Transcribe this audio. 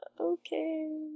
Okay